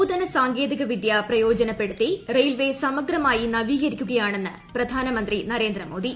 നൂതന സാങ്കേതികവിദൃ പ്രയോജനപ്പെടുത്തി റെയിൽവേ സമഗ്രമായി നവീകരിക്കുകയാണെന്ന് പ്രധാനമന്ത്രി നരേന്ദ്രമോദി